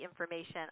information